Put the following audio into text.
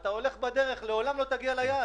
אתה הולך בדרך, לעולם לא תגיע ליעד.